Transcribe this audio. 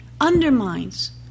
undermines